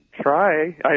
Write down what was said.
Try